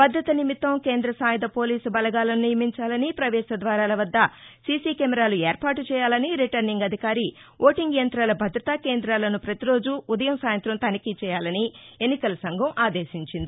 భద్రత నిమిత్తం కేంద్ర సాయుధ పోలీసు బలగాలను నియమించాలని ప్రవేశ ద్వారాల వద్ద సిసి కెమెరాలు ఏర్పాటు చేయాల్యలని రిటర్నింగ్ అధికారి ఓటింగ్ యంతాల భద్రతా కేందాలను పతిరోజూ ఉదయం సాయంతం తనిఖీ చేయాలని ఎన్నికల సంఘం ఆదేశించింది